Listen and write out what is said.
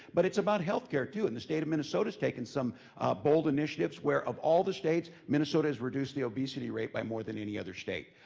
but it's about healthcare, too, and the state of minnesota's taken some bold initiatives where, of all the states, minnesota has reduced the obesity rate by more than any other state.